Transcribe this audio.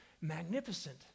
magnificent